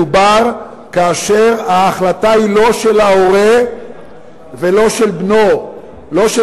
מדובר במקרים כאשר ההחלטה היא לא של ההורה ולא של בנו ולא של